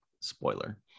spoiler